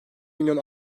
milyon